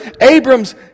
Abram's